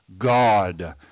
God